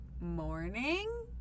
morning